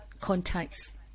contacts